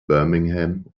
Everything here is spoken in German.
birmingham